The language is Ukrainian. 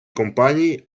компаній